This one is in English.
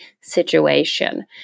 situation